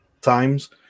times